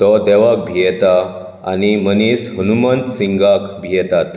तो देवाक भियेता आनी मनीस हनुमंत सिंगाक भियेतात